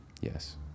Yes